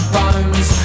bones